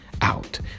out